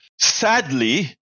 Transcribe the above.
Sadly